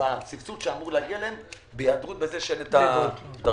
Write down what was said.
הסבסוד שאמור להגיע אליהם בגלל שאין את הדרגות.